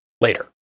later